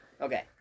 okay